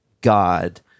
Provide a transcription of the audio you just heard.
God